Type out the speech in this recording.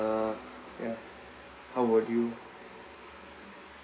uh ya how about you